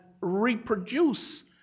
reproduce